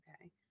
okay